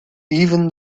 even